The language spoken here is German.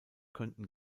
könnten